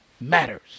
matters